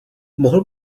mohl